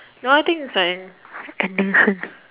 no I think is the end ending soon